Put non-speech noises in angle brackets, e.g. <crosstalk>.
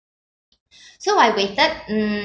<breath> so I waited mm